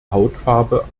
hautfarbe